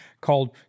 called